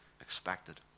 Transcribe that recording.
expected